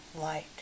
light